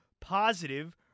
positive